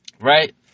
right